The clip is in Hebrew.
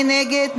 מי נגד?